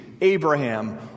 Abraham